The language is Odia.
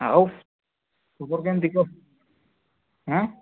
ଆଉ ଖବର କେମିତି କହ ହଁ